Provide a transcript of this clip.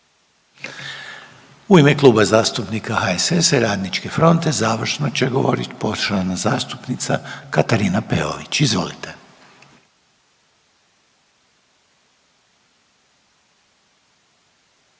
U ime Kluba zastupnika HSS-a i RF-a završno će govoriti poštovana zastupnica Katarina Peović. Izvolite.